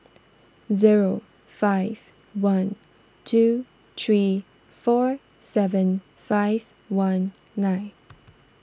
zero five one two three four seven five one nine